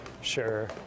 Sure